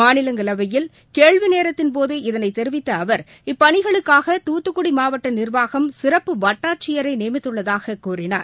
மாநிலங்களவையில் கேள்விநேரத்தின்போது இதனைத் தெரிவித்தஅவர் இப்பணிகளுக்காக துத்துக்குடிமாவட்டநிர்வாகம் சிறப்பு வட்டாட்சியரைநியமித்துள்ளதாகக் கூறினார்